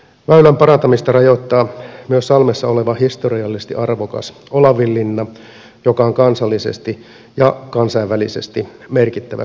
väylän parantamista rajoittaa myös salmessa oleva historiallisesti arvokas olavinlinna joka on kansallisesti ja kansainvälisesti merkittävä suojelukohde